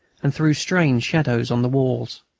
and threw strange shadows on the walls.